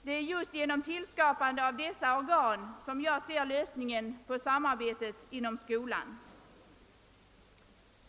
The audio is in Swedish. Det är just i tillskapandet av dessa organ som jag ser lösningen på frågan om samarbetet inom skolan.